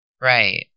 Right